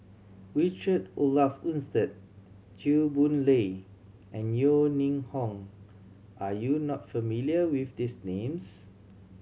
Richard Olaf Winstedt Chew Boon Lay and Yeo Ning Hong are you not familiar with these names